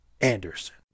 anderson